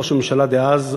ראש הממשלה דאז,